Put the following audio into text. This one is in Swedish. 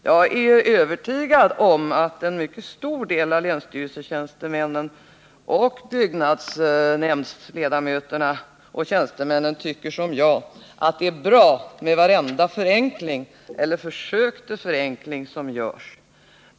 Jag är övertygad om att en mycket stor del av länsstyrelsetjänstemännen och ledamöterna och tjänstemännen i byggnadsnämnderna tycker som jag, nämligen att det är bra med vartenda försök till förenkling som görs.